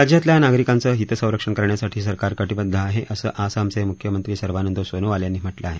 राज्यातल्या नागरिकांचं हितसंरक्षण करण्यासाठी सरकार काँप्रिद्ध आहे असं आसामचे मुख्यमंत्री सर्बानंद सोनोवाल यांनी म्हाज्ञिं आहे